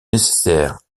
nécessaire